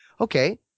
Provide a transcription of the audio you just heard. okay